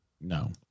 No